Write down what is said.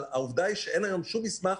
אבל העובדה שאין שום מסמך